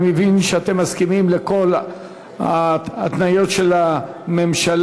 אני מבין שאתם מסכימים לכל ההתניות של הממשלה.